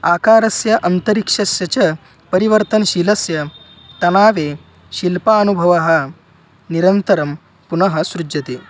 आकारस्य अन्तरिक्षस्य च परिवर्तनशीलस्य तणावे शिल्पानुभवः निरन्तरं पुनः सृजते